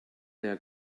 der